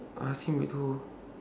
I ask him withhold